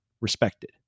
respected